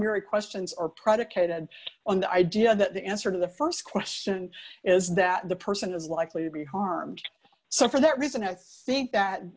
mary questions are predicated on the idea that the answer to the st question is that the person is likely to be harmed so for that reason i think that